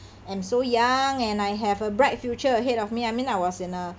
am so young and I have a bright future ahead of me I mean I was in a